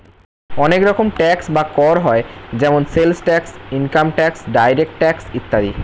অনেক রকম ট্যাক্স বা কর হয় যেমন sales tax, income tax, direct tax ইত্যাদি